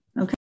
okay